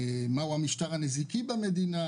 מהו המשטר הנזיקי במדינה.